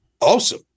awesome